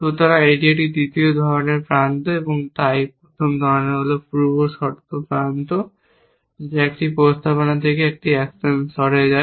সুতরাং এটি একটি তৃতীয় ধরণের প্রান্ত তাই প্রথম ধরণের হল পূর্বশর্ত প্রান্ত যা একটি প্রস্তাবনা থেকে একটি অ্যাকশন স্তরে যায়